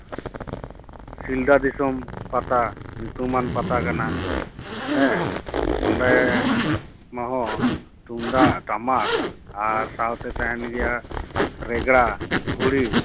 ᱥᱤᱞᱫᱟᱹ ᱫᱤᱥᱚᱢ ᱯᱟᱛᱟ ᱧᱩᱛᱩᱢᱟᱱ ᱯᱟᱛᱟ ᱠᱟᱱᱟ ᱦᱮᱸ ᱚᱸᱰᱮ ᱦᱚᱸ ᱛᱩᱢᱫᱟᱜ ᱴᱟᱢᱟᱠ ᱟᱨ ᱥᱟᱶᱛᱮ ᱛᱟᱦᱮᱱ ᱜᱮᱭᱟ ᱨᱮᱜᱽᱲᱟ ᱜᱷᱩᱲᱤ